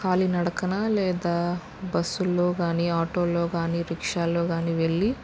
కాలినడకన లేదా బస్సులలో కానీ ఆటోలో కానీ రిక్షాలో కానీ వెళ్ళి